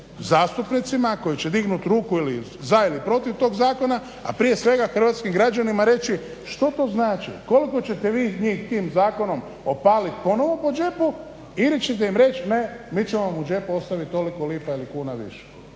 zastupnicima koji će dignuti ruku za ili protiv tog zakona a prije svega hrvatskih građanima reći koliko ćete vi njih tim zakonom opalit ponovo po džepu ili ćete im reć ne, mi ćemo vam u džep ostaviti toliko lipa ili kuna više